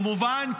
כמובן,